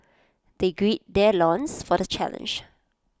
they gird their loins for the challenge